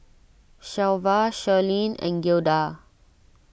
Shelva Shirleen and Gilda